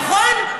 נכון.